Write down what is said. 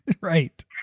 right